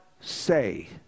say